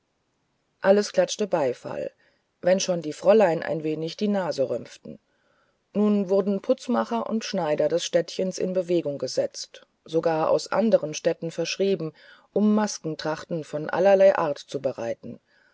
alles klatschte beifall wenn schon die fräulein ein wenig die nase rümpften nun wurden putzmacher und schneider des städtchens in bewegung gesetzt sogar aus anderen städten verschrieben um maskentrachten von allerlei art